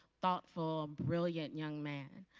thoughtful, brilliant young man.